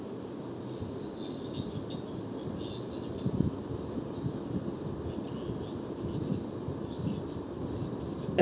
ya